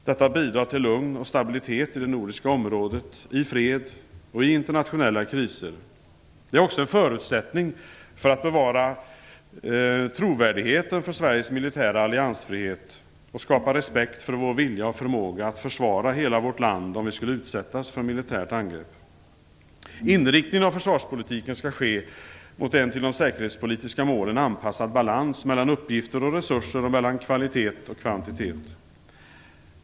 Detta bidrar till lugn och stabilitet i det nordiska området i fred och i internationella kriser. Det är också en förutsättning för att bevara trovärdigheten för Sveriges militära alliansfrihet och skapa respekt för vår vilja och förmåga att försvara hela vårt land om vi skulle utsättas för ett militärt angrepp. Inriktningen av försvarspolitiken skall ske mot en till de säkerhetspolitiska målen anpassad balans mellan uppgifter och resurser och mellan kvalitet och kvantitet.